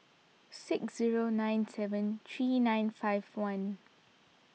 six zero nine seven three nine five one